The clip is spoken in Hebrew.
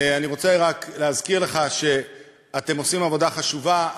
אני רוצה רק להזכיר לך שאתם עושים עבודה חשובה,